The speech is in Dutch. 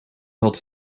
had